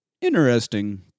interesting